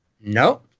No